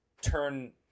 turn